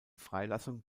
freilassung